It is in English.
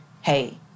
hey